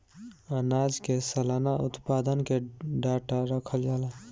आनाज के सलाना उत्पादन के डाटा रखल जाला